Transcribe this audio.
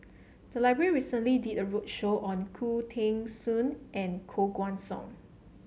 the library recently did a roadshow on Khoo Teng Soon and Koh Guan Song